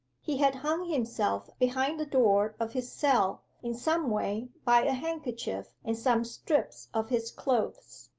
he had hung himself behind the door of his cell, in some way, by a handkerchief and some strips of his clothes.